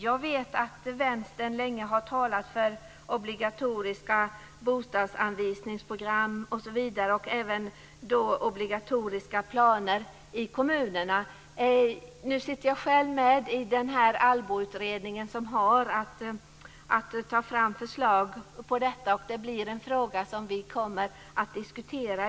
Jag vet att Vänstern länge har talat för obligatoriska bostadsanvisningsprogram, osv., och även för obligatoriska planer i kommunerna. Nu sitter jag själv med i Allboutredningen, som har att ta fram förslag om detta. Det är en fråga som vi kommer att diskutera.